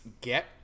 get